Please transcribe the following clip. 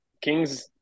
kings